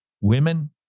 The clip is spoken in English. women